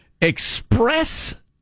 express